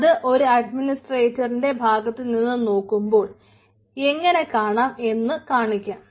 അത് ഒരു അഡ്മിനിസ്ട്രേറ്ററിന്റെ ഭാഗത്തു നിന്നും നോക്കുമ്പോൾ എങ്ങനെ കാണാം എന്നു കാണിക്കാം